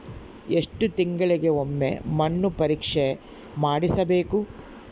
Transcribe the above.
ಎಷ್ಟು ತಿಂಗಳಿಗೆ ಒಮ್ಮೆ ಮಣ್ಣು ಪರೇಕ್ಷೆ ಮಾಡಿಸಬೇಕು?